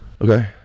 Okay